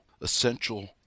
essential